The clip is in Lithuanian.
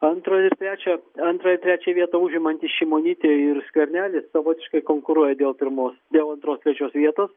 antro ir trečio antrą ir trečią vietą užimantys šimonytė ir skvernelis savotiškai konkuruoja dėl pirmos dėl antros trečios vietos